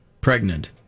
pregnant